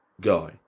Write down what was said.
guy